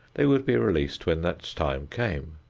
they would be released when that time came.